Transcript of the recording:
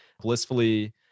blissfully